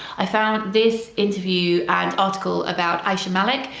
i found this interview and article about aiysha malik,